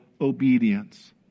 obedience